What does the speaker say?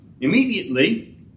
Immediately